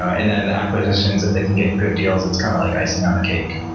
and then, the acquisitions, if they can get good deals, it's kind of like icing on the cake.